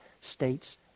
states